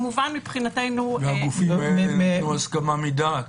הסכמה מדעת?